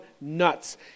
nuts